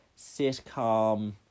sitcom